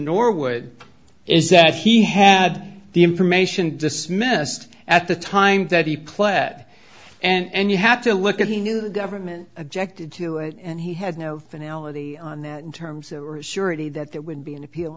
norwood is that he had the information dismissed at the time that he pled and you have to look at the new government objected to it and he had no anality on that in terms of surety that there would be an appeal